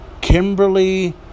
Kimberly